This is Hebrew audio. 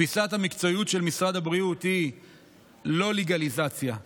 תפיסת המקצועיות של משרד הבריאות היא לא לגליזציה,